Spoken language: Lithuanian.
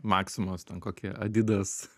maksimos ten kokie adidas